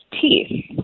teeth